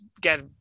get